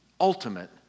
ultimate